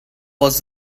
was